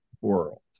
world